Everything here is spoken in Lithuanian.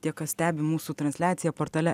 tie kas stebi mūsų transliaciją portale